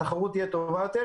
התחרות תהיה רבה.